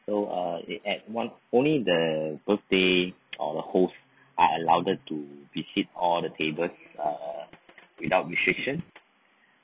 so uh they add one only the birthday or the hosts are allowed to visit all the tables uh without restriction